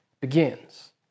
begins